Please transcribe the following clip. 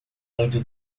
muito